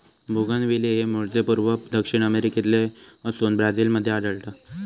bougainvillea हे मूळचे पूर्व दक्षिण अमेरिकेतले असोन ब्राझील मध्ये आढळता